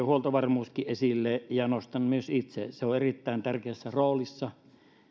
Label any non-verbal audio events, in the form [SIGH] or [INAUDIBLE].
[UNINTELLIGIBLE] huoltovarmuuskin esille ja nostan myös itse se on erittäin tärkeässä roolissa